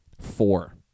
four